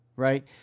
Right